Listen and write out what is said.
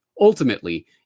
ultimately